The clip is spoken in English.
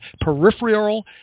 peripheral